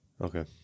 Okay